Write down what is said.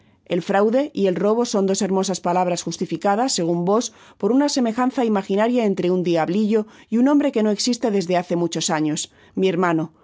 el fraude y el robo son dos hermosas palabras justificadas segun vos por una semejanza imaginaria entre un diablillo y un hombre que no existe desde hace muchos años mi hermano